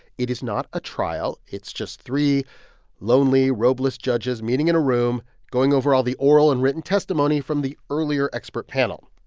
it is not a trial. it's just three lonely, robe-less judges meeting in a room, going over all the oral and written testimony from the earlier expert panel.